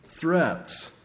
threats